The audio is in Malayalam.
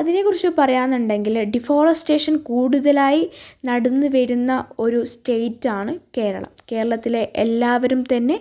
അതിനെക്കുറിച്ച് പറയുകയാണെന്നുണ്ടെങ്കിൽ ഡിഫോറസ്റ്റേഷൻ കൂടുതലായി നടുന്നു വരുന്ന ഒരു സ്റ്റെയ്റ്റാണ് കേരളം കേരളത്തിലെ എല്ലാവരും തന്നെ